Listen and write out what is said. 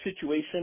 situation